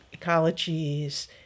ecologies